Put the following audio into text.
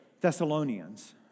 Thessalonians